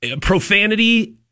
profanity